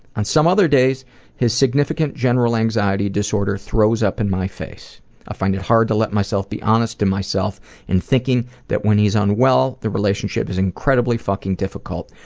on some other days his significant general anxiety disorder throws up in my face. i find it hard to let myself be honest with myself in thinking that when he's unwell, the relationship is incredibly fucking difficult.